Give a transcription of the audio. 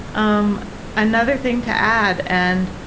um another thing to add, and